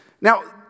Now